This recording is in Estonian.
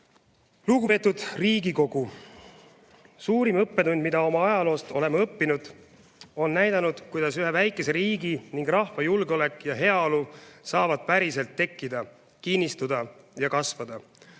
Lugupeetud Riigikogu! Suurim õppetund, mida oma ajaloost oleme õppinud, on näidanud, kuidas ühe väikese riigi ja rahva julgeolek ja heaolu saavad päriselt tekkida, kinnistuda ja kasvada.